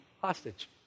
hostage